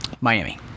Miami